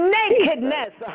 nakedness